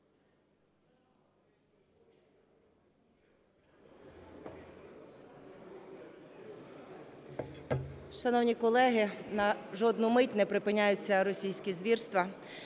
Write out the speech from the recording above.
Шановні колеги, на жодну мить не припиняються російські звірства.